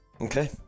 Okay